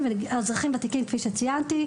אזרחים ותיקים - כפי שציינתי.